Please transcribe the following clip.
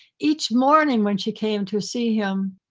each morning when she came to see him,